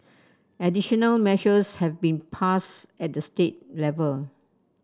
additional measures have been passed at the state level